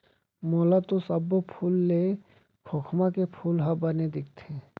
मोला तो सब्बो फूल ले खोखमा के फूल ह बने दिखथे